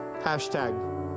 hashtag